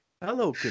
Hello